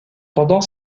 pendant